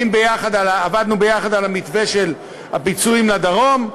עבדנו ביחד על המתווה של הפיצויים לדרום,